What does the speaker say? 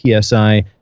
PSI